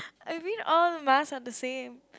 I mean all masks are the same